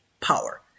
power